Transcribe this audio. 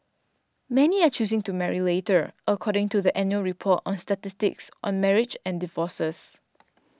many are choosing to marry later according to the annual report on statistics on marriages and divorces